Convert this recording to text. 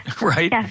right